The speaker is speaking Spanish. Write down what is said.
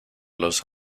los